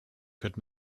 could